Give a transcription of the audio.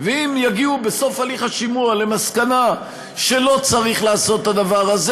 ואם יגיעו בסוף הליך השימוע למסקנה שלא צריך לעשות את הדבר הזה,